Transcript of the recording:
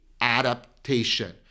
adaptation